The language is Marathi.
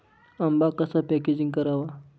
आंबा कसा पॅकेजिंग करावा?